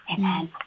Amen